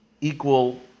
equal